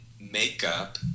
makeup